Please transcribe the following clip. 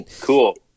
cool